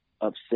upset